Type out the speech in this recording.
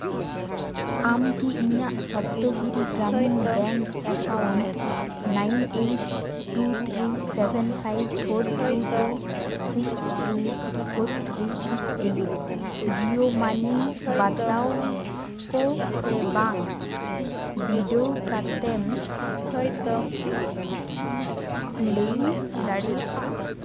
ᱟᱢᱠᱤ ᱤᱧᱟᱹᱜ Saptagiri Gramin bank account nine eight two three seven five four two two six two four three six eight zero ᱢᱟᱹᱱᱤ ᱵᱟᱛᱟᱣ ᱠᱚ ᱥᱮ ᱵᱟᱝ ᱵᱤᱰᱟᱹᱣ ᱠᱟᱛᱮᱢ ᱞᱟᱹᱭ ᱫᱟᱲᱮᱭᱟᱜᱼᱟ